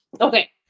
Okay